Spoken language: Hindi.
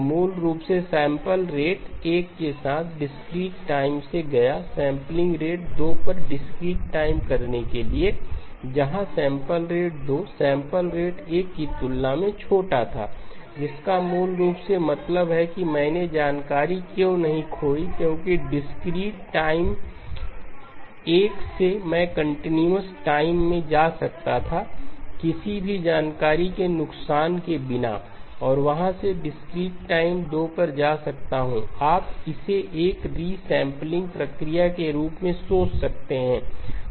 तो मूल रूप से मैं सैंपल रेट 1 के साथ डिस्क्रीट टाइम से गया सैंपलिंग रेट 2 पर डिस्क्रीट टाइम करने के लिए जहां सैंपल रेट 2 सैंपल रेट 1 की तुलना में छोटा था जिसका मूल रूप से मतलब है कि मैंने जानकारी क्यों नहीं खोई क्योंकि डिस्क्रीट टाइम 1 से मैं कंटीन्यूअस टाइम मे जा सकता था किसी भी जानकारी के नुकसान के बिना और वहां से डिस्क्रीट टाइम 2 पर जा सकता हूं आप इसे एक रीसैंपलिंग प्रक्रिया के रूप में सोच सकते हैं